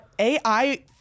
ai